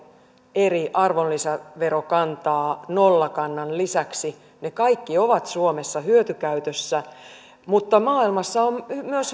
eri arvonlisäverokantaa nollakannan lisäksi ne kaikki ovat suomessa hyötykäytössä mutta maailmassa on myös